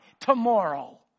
tomorrow